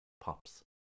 pops